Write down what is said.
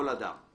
כל אדם //